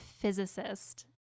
physicist